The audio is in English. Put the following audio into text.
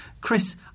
Chris